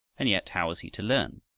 and yet, how was he to learn?